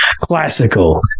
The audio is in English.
classical